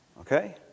Okay